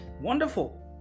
wonderful